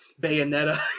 Bayonetta